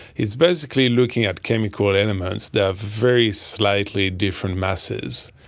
it's basically looking at chemical elements that have very slightly different masses,